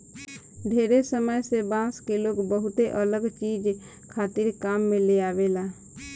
ढेरे समय से बांस के लोग बहुते अलग चीज खातिर काम में लेआवेला